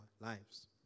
lives